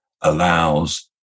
allows